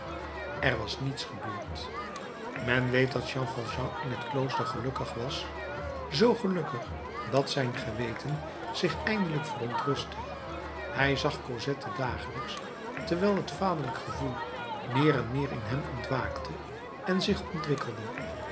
er was niets gebeurd men weet dat jean valjean in het klooster gelukkig was zoo gelukkig dat zijn geweten zich eindelijk verontrustte hij zag cosette dagelijks terwijl het vaderlijk gevoel meer en meer in hem ontwaakte en zich ontwikkelde